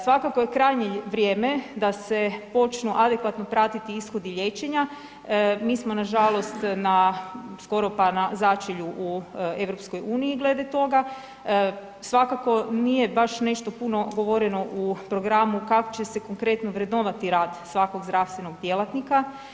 Svakako je krajnje vrijeme da se počnu adekvatno pratiti ishodi liječenja, mi smo nažalost skoro pa na začelju u EU glede toga, svakako nije baš nešto puno govoreno u programu kako će se konkretno vrednovati rad svakog zdravstvenog djelatnika.